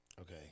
Okay